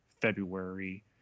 February